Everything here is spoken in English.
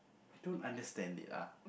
I don't understand it ah